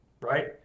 right